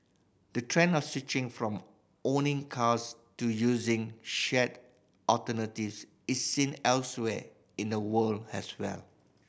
the trend of switching from owning cars to using shared alternatives is seen elsewhere in the world as well